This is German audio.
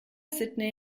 sydney